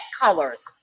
colors